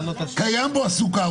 קיים בו הסוכר,